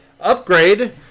upgrade